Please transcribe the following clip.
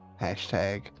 Hashtag